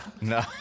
No